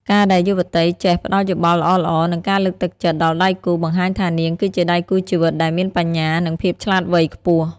ការដែលយុវតីចេះ "ផ្ដល់យោបល់ល្អៗ និងការលើកទឹកចិត្ត" ដល់ដៃគូ បង្ហាញថានាងគឺជាដៃគូជីវិតដែលមានបញ្ញា និងភាពឆ្លាតវៃខ្ពស់។